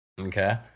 Okay